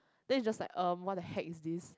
then is just like um what-the-heck is this